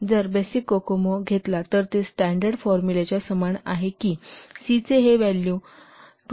जर बेसिक कोकोमो घेतला तर ते स्टॅंडर्ड फॉर्मुलाच्या समान आहे की c चे हे व्हॅल्यू 2